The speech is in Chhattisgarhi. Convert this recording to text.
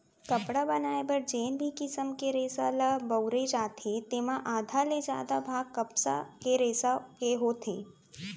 कपड़ा बनाए बर जेन भी किसम के रेसा ल बउरे जाथे तेमा आधा ले जादा भाग कपसा के रेसा के होथे